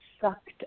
sucked